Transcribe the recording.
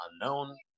unknown